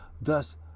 thus